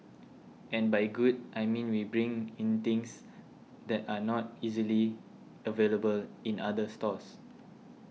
and by good I mean we bring in things that are not easily available in other stores